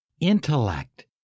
intellect